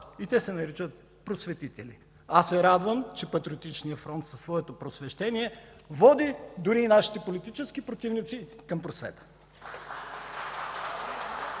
и те се наричат просветители. Радвам се, че Патриотичният фронт със своето просвещение води дори и нашите политически противници към просвета.